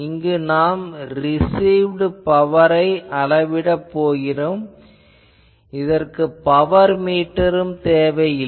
இங்கு நாம் ரிசிவ்டு பவரை அளவிடப் போகிறோம் இதற்கு பவர் மீட்டர் எதுவுமில்லை